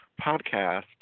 podcast